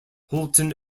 halton